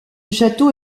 château